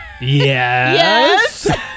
Yes